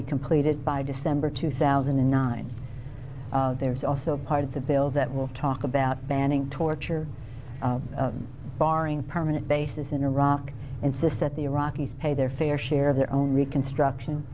be completed by december two thousand and nine there's also part of the bill that will talk about banning torture barring permanent bases in iraq insist that the iraqis pay their fair share of their own reconstruction